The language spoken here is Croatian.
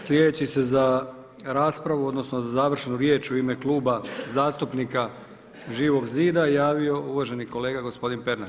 Sljedeći se za raspravu, odnosno za završnu riječ u ime Kluba zastupnika Živog zida javio uvaženi kolega gospodin Pernar.